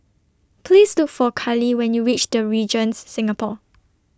Please Look For Carley when YOU REACH The Regent Singapore